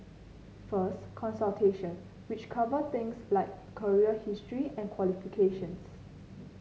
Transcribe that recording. first consultation which cover things like career history and qualifications